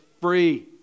free